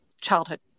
childhood